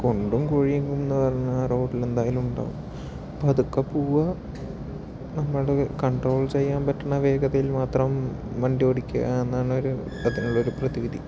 കുണ്ടും കുഴിയും എന്ന് പറഞ്ഞാൽ റോഡിൽ എന്തായാലും ഉണ്ടാകും പതുക്കെ പോകുക നമ്മൾ കണ്ട്രോൾ ചെയ്യാൻ പറ്റുന്ന വേഗതയിൽ മാത്രം വണ്ടി ഓടിക്കുക എന്നാണ് ഇതിനുള്ളൊരു ഒരു പ്രതിവിധി